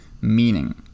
meaning